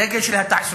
דגל של התעסוקה,